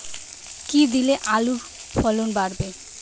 কী দিলে আলুর ফলন বাড়বে?